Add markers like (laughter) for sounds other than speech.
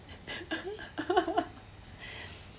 (laughs)